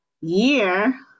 year